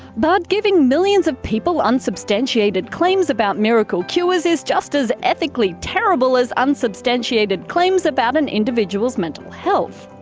but giving millions of people unsubstantiated claims about miracle cures is just as ethically terrible as unsubstantiated claims about an individuals mental health.